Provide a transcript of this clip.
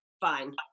fine